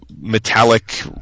metallic